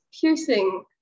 piercing